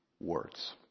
words